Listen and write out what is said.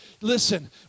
Listen